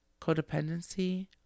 codependency